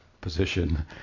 position